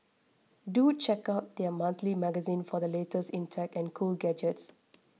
do check out their monthly magazine for the latest in tech and cool gadgets